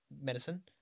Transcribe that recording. medicine